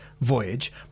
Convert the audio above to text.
voyage